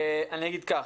אני אומר כך.